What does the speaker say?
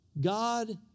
God